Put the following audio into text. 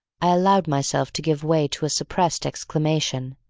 i allowed myself to give way to a suppressed exclamation,